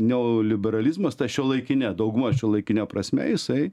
neoliberalizmas ta šiuolaikine dauguma šiuolaikine prasme jisai